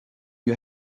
you